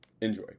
Enjoy